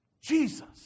Jesus